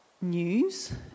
news